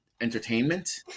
entertainment